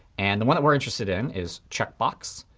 and the one that we're interested in is checkbox.